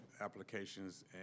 applications